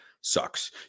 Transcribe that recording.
sucks